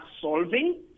solving